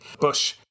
Bush